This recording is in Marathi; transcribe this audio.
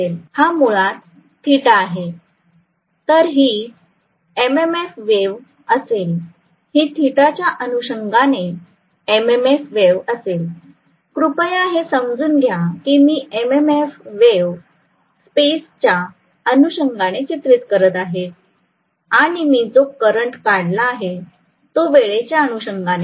हा मुळात θ आहे तर ही एम एम एफ वेव्ह असेल ही θ च्या अनुषंगाने एम एम फ वेव्हअसेल कृपया हे समजून घ्या की मी एम एम एफ वेव्ह स्पेसजागेच्या अनुषंगाने चित्रित करत आहे आणि मी जो करंट काढला आहे तो वेळेच्या अनुषंगाने आहे